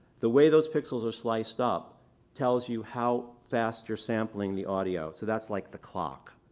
the way those pixels are sliced up tells you how fast you're sampling the audio. so that's like the clock,